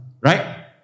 Right